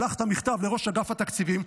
שלחת מכתב לראש אגף התקציבים,